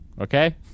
Okay